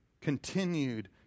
continued